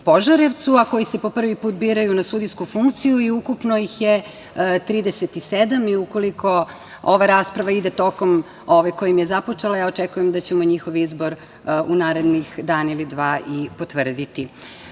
a koji se po prvi put biraju na sudijsku funkciju i ukupno ih je 37. Ukoliko ova rasprava ide tokom kojim je započela, ja očekujem da ćemo njihov izbor u narednih dan ili dva i potvrditi. Visoki